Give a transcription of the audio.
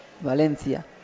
Valencia